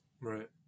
Right